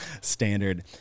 standard